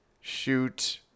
shoot